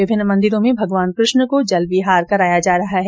विभिन्न मंदिरों में भगवान कृष्ण को जल विहार कराया जा रहा है